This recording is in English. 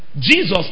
Jesus